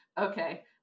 Okay